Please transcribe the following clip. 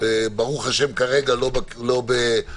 ברוך השם כרגע לא בסגר,